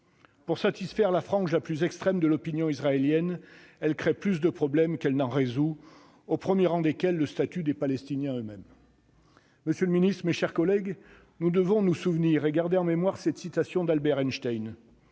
Pour satisfaire la frange la plus extrême de l'opinion israélienne, elle crée plus de problèmes qu'elle n'en résout, au premier rang desquels le statut des Palestiniens eux-mêmes. Monsieur le ministre, mes chers collègues, nous devons garder en mémoire cette citation d'Albert Einstein